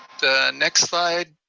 the next slide.